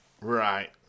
right